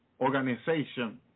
Organization